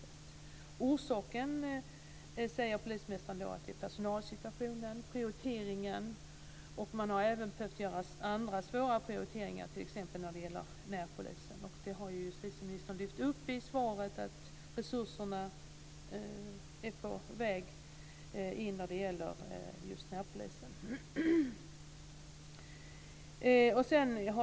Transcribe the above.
Polismästaren säger att orsaken är personalsituationen och de prioriteringar som man har behövt göra utifrån den. Man har även behövt göra andra svåra prioriteringar, t.ex. när det gäller närpolisen. I svaret har justitieministern lyft upp att resurser är på väg när det gäller närpolisen.